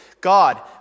God